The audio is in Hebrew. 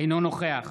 אינו נוכח